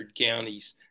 counties